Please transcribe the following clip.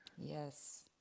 yes